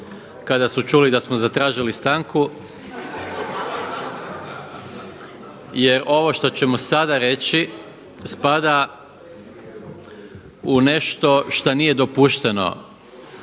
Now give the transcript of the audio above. kada su čuli da smo zatražili stanku. Jer ovo što ćemo sada reći spada u nešto što nije dopušteno